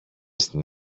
στην